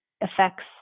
affects